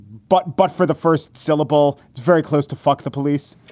but but for the first syllable, it's very close to fuck the police